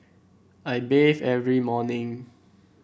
I bathe every morning